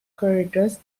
corridors